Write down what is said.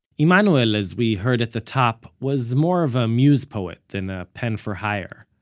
emanuel, as we heard at the top, was more of a muse poet than a pen for hire,